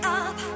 up